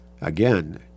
again